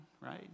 right